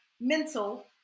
mental